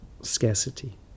scarcity